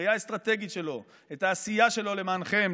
את העשייה שלו למענכם,